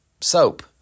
soap